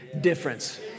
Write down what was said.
difference